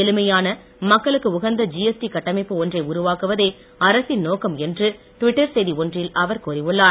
எளிமையான மக்களுக்கு உகந்த ஜிஎஸ்டி கட்டமைப்பு ஒன்றை உருவாக்குவதே அரசின் நோக்கம் என்று ட்விட்டர் செய்தி ஒன்றில் அவர் கூறியுள்ளார்